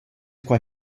quai